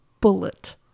bullet